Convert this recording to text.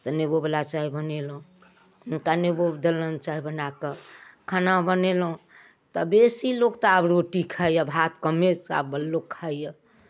तऽ नेबो बला चाय बनेलहुॅं हुनका नेबो देलहुॅं चाय बना कऽ खाना बनेलहुॅं तऽ बेसी लोक तऽ आब रोटी खाइया भात कमे चावल लोक खैये